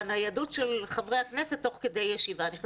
של חברי הכנסת תוך כדי ישיבה נכנסים,